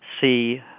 see